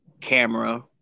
camera